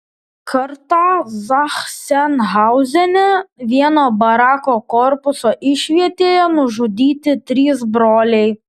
kartą zachsenhauzene vieno barako korpuso išvietėje nužudyti trys broliai